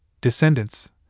descendants